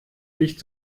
nicht